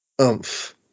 oomph